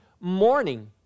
morning